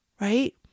right